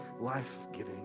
life-giving